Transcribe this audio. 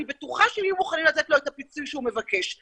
אני בטוחה שיהיו מוכנים לתת לו את הפיצוי שהוא מבקש,